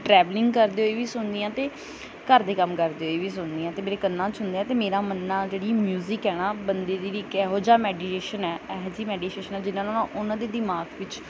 travelling ਕਰਦੇ ਹੋਏ ਵੀ ਸੁਣਦੀ ਹਾਂ ਅਤੇ ਘਰ ਦੇ ਕੰਮ ਕਰਦੇ ਹੋਏ ਵੀ ਸੁਣਦੀ ਹਾਂ ਅਤੇ ਮੇਰੇ ਕੰਨਾਂ 'ਚ ਹੁੰਦੇ ਆ ਅਤੇ ਮੇਰਾ ਮੰਨਣਾ ਜਿਹੜੀ ਮਿਊਜ਼ਿਕ ਹੈ ਨਾ ਬੰਦੇ ਦੀ ਵੀ ਇੱਕ ਇਹੋ ਜਿਹਾ ਮੈਡੀਡੇਸ਼ਨ ਹੈ ਇਹੋ ਜਿਹੀ ਮੈਡੀਸ਼ੇਸ਼ਨ ਹੈ ਜਿਹਨਾਂ ਨੂੰ ਉਹਨਾਂ ਦੇ ਦਿਮਾਗ ਵਿੱਚ